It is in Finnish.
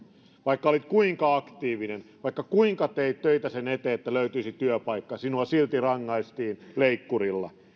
vaikka olit kuinka aktiivinen vaikka kuinka teit töitä sen eteen että löytyisi työpaikka sinua silti rangaistiin leikkurilla